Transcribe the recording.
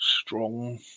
strong